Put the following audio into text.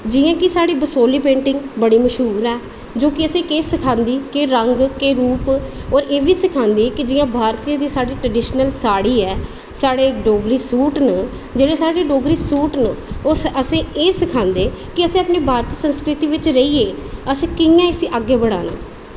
जियां की साढ़ी बसोहली पेंटिंग मशहूर ऐ जो कि असेंगी केह् सखांदी केह् रंग केह् रूप ते एह्बी सखांदी की जियां भारतीय ट्रडीशन दी जेह्ड़ी साढ़ी ऐ साढ़े डोगरी सूट न जेह्ड़े साढ़े डोगरी सूट न ओह् असेंगी एह् सखांदे की असें भारती संस्कृति च रेहियै असें कियां इसी अग्गें बढ़ाना ऐ